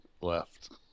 left